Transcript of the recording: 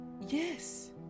Yes